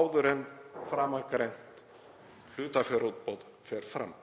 áður en framangreint hlutafjárútboð fer fram.